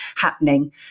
happening